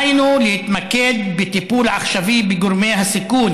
היינו, להתמקד בטיפול עכשווי בגורמי הסיכון